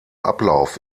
ablauf